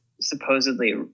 supposedly